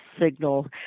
signal